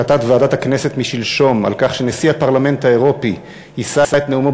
שהחלטת ועדת הכנסת משלשום על כך שנשיא הפרלמנט האירופי יישא את נאומו